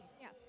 Yes